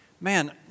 Man